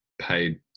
paid